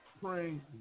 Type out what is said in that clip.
praying